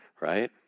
right